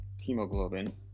hemoglobin